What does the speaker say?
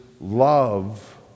love